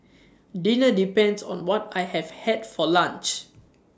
dinner depends on what I have had for lunch